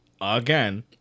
again